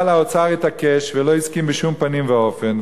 אבל האוצר התעקש ולא הסכים בשום פנים ואופן.